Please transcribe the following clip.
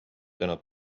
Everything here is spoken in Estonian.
täna